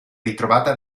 ritrovata